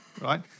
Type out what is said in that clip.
right